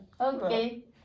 Okay